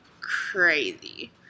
crazy